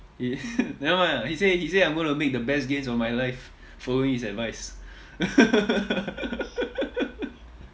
eh nevermind ah he say he say I'm going to make the best gains of my life following his advice